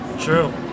True